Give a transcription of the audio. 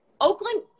Oakland